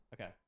Okay